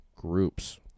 Groups